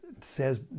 says